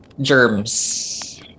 germs